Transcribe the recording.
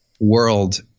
world